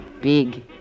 Big